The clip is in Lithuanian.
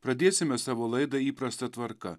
pradėsime savo laidą įprasta tvarka